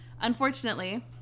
Unfortunately